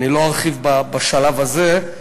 אני לא ארחיב בשלב הזה,